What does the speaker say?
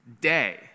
day